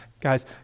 Guys